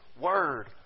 word